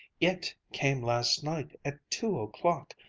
it came last night at two o'clock.